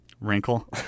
Wrinkle